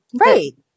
Right